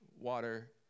water